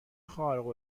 خارق